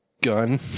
gun